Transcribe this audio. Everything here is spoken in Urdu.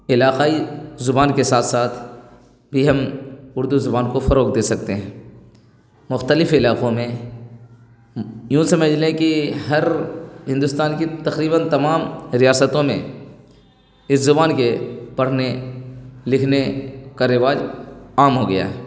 علاقائی زبان کے ساتھ ساتھ بھی ہم اردو زبان کو فروغ دے سکتے ہیں مختلف علاقوں میں یوں سمجھ لیں کہ ہر ہندوستان کی تقریباً تمام ریاستوں میں اس زبان کے پڑھنے لکھنے کا رواج عام ہو گیا ہے